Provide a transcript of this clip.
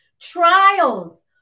trials